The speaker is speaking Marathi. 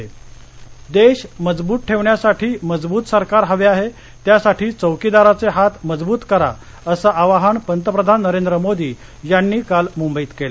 पंतप्रधान देश मजबूत ठेवण्यासाठी मजबूत सरकार हवे आहे त्यासाठी चौकीदाराचे हात मजबूत करा असे आवाहन पंतप्रधान नरेंद्र मोदी यांनी काल मुंबईत केलं